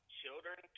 children